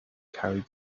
carried